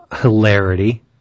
hilarity